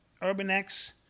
UrbanX